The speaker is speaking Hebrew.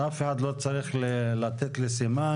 אף אחד לא צריך לתת לי סימן,